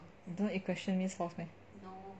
don't know equestrian means horse meh